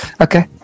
Okay